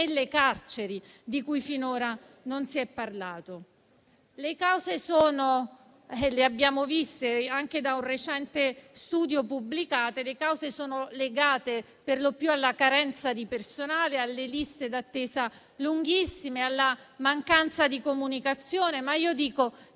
carceri, di cui finora non si è parlato. Le cause, come abbiamo visto anche da uno studio pubblicato recentemente, sono legate perlopiù alla carenza di personale, alle liste d'attesa lunghissime, alla mancanza di comunicazione, ma io dico